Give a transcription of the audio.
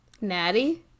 Natty